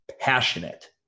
passionate